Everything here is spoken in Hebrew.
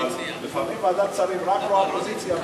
אבל לפעמים ועדת שרים רק רואה אופוזיציה וזה,